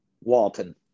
Walton